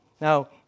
now